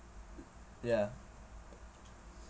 ya